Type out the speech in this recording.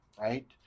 right